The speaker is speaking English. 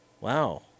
wow